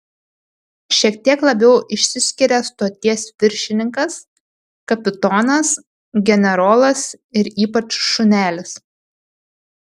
šiek tiek labiau išsiskiria stoties viršininkas kapitonas generolas ir ypač šunelis